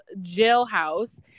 jailhouse